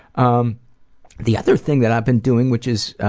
um the other thing that i've been doing which is,